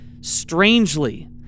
Strangely